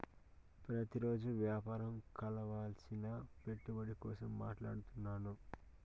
ప్రతిరోజు వ్యాపారం కావలసిన పెట్టుబడి కోసం మాట్లాడుతున్నాను